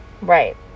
Right